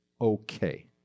okay